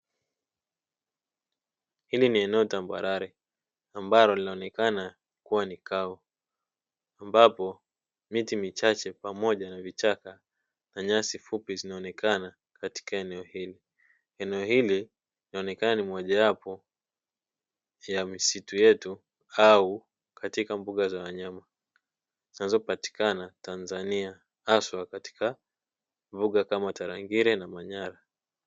Hili ni eneo tambarale ambalo linaonekana kuwa ni kavu, ambapo miti michache pamoja na vichaka na nyasi fupi zinaonekana katika eneo hili, linaonekana ni moja wapo ya misitu yetu au katika mbuga za wanyama zinazopatikana Tanzania hasa katika mbuga kama tarangire na manyara.